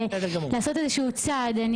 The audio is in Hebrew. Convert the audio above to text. לעשות איזשהו צעד.